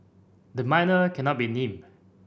the minor cannot be named